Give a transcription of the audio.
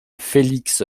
felix